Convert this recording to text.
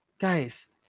Guys